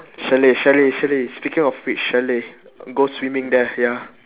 chalet chalet chalet speaking of which chalet go swimming there ya